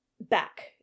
back